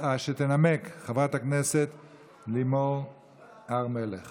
הקצאת קרקעות בנגב ובגליל